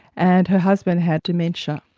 and her husband had dementia.